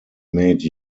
made